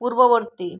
পূর্ববর্তী